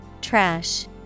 Trash